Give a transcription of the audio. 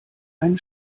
einen